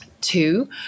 Two